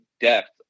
depth